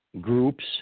groups